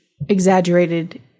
exaggerated